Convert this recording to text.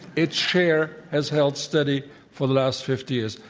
its share has held steady for the last fifty years.